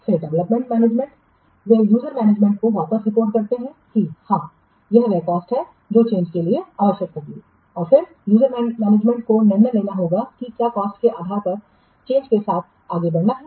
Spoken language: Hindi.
फिर डेवलपमेंट मैनेजमेंट वे यूजर मैनेजमेंट को वापस रिपोर्ट करते हैं कि हां यह वह कॉस्ट है जो चेंजके लिए आवश्यक होगी और फिर यूजरमैनेजमेंट को निर्णय लेना होगा कि क्या कॉस्ट के आधार पर चेंजके साथ आगे बढ़ना है